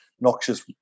noxious